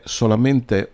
solamente